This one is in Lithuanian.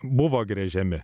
buvo gręžiami